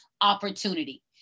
opportunity